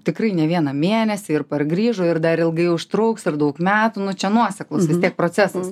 tikrai ne vieną mėnesį ir pargrįžo ir dar ilgai užtruks ir daug metų nu čia nuoseklus vis tiek procesas